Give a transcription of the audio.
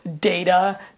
data